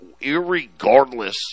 irregardless